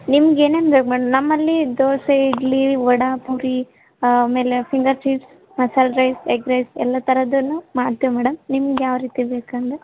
ನಿಮ್ಗೆ ಏನೇನು ಬೇಕು ಮೇಡಮ್ ನಮ್ಮಲ್ಲಿ ದೋಸೆ ಇಡ್ಲಿ ವಡೆ ಪೂರಿ ಆಮೇಲೆ finger cheese masala rice egg rice ಎಲ್ಲ ಥರದ್ದನ್ನು ಮಾಡ್ತೀವಿ ಮೇಡಮ್ ನಿಮ್ಗೆ ಯಾವ ರೀತಿ ಬೇಕೆಂದು